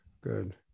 Good